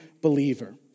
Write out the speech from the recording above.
believer